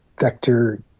vector